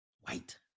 White